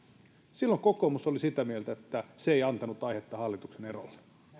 silloin kokoomus oli sitä mieltä että se ei antanut aihetta hallituksen erolle